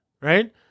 right